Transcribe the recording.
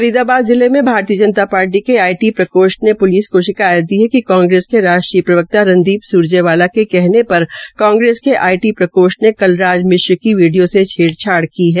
फरीदाबाद जिले में भारतीय जनता शार्टी के आईटी प्रकोष्ठ ने शुलिस को शिकायत दी है कि कांग्रेस के राष्ट्रीय प्रवक्ता रण्जीत स्रजेवाला के कहने र कांग्रेस के आईटी प्रकोष्ठ ने कलराज मिश्र के वीडियो से छेड़छाड़ की है